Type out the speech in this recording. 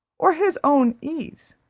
or his own ease,